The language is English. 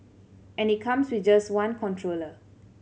and it comes with just one controller